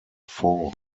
fall